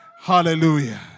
Hallelujah